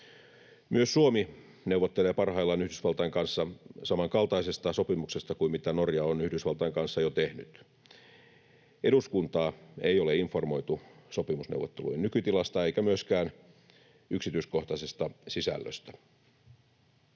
Myös Suomi neuvottelee parhaillaan Yhdysvaltain kanssa samankaltaisesta sopimuksesta kuin mitä Norja on Yhdysvaltain kanssa jo tehnyt. Eduskuntaa ei ole informoitu sopimusneuvottelujen nykytilasta eikä myöskään yksityiskohtaisesta sisällöstä.